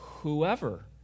Whoever